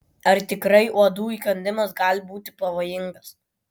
ar tikrai uodų įkandimas gali būti pavojingas